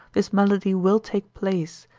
this malady will take place,